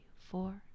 four